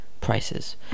prices